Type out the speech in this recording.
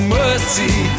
mercy